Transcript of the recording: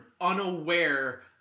unaware